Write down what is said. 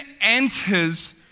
enters